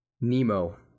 Nemo